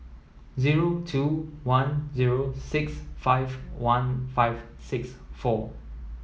zero two one zero six five one five six four